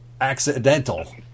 accidental